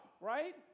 right